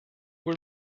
were